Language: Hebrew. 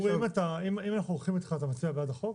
אם אנחנו הולכים איתך אתה מצביע בעד החוק?